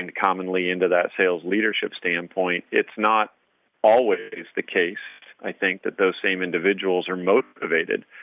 and commonly into that sales leadership standpoint. it's not always the case. i think that those same individuals are motivated